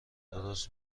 درست